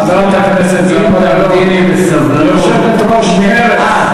חברת הכנסת גלאון, יושבת-ראש מרצ.